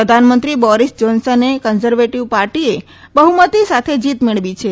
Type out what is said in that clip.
પ્રધાનમંત્રી બોરીસ જોનસનને કન્જર્વેશન પાર્ટીએ બહુમતી સાથે જીત મેળવી છે